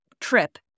trip